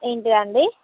ఏంటిది అండి